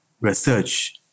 research